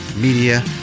Media